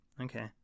Okay